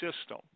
system